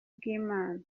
bw’imana